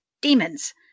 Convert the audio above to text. demons